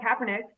Kaepernick